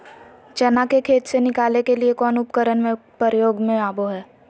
चना के खेत से निकाले के लिए कौन उपकरण के प्रयोग में आबो है?